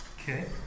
Okay